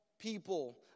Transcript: people